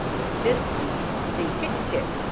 ze viskey, ze tick-tick,